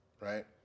right